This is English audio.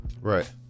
right